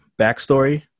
backstory